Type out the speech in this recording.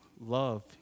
love